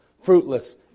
fruitless